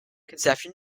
conception